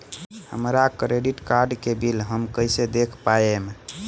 हमरा credit card के bill हम कइसे देख पाएम?